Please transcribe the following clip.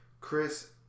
Chris